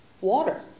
water